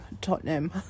tottenham